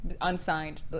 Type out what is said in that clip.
unsigned